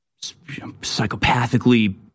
psychopathically